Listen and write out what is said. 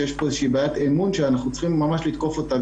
שיש כאן בעיית אמון שאנחנו צריכים ממש לתקוף אותה,